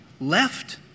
left